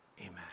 Amen